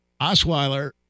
Osweiler